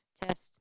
test